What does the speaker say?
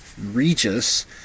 Regis